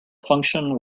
function